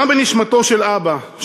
גם בנשמתו של אבא,